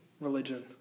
religion